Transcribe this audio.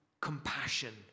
compassion